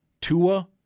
Tua